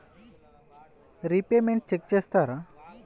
Repayments check చేస్తారా?